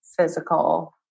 physical